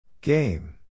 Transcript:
Game